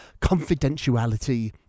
confidentiality